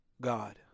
God